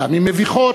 פעמים מביכות,